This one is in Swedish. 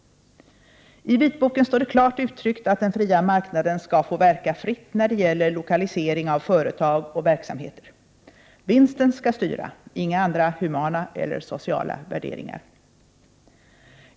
I vitboken står det klart uttryckt att den fria marknaden skall få verka fritt när det gäller lokalisering av företag och verksamheter. Vinsten skall styra, inga andra humana eller sociala värderingar.